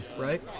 right